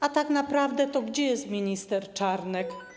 A tak naprawdę to gdzie jest minister Czarnek.